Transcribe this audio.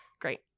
great